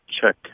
check